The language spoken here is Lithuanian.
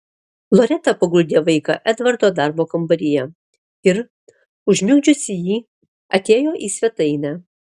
loreta paguldė vaiką edvardo darbo kambaryje ir užmigdžiusi jį atėjo į svetainę